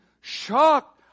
shocked